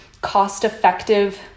cost-effective